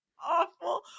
awful